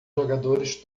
jogadores